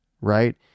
right